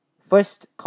first